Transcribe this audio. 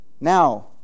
Now